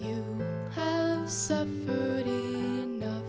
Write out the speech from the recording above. you know